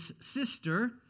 sister